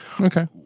Okay